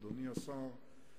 אדוני השר,